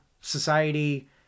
society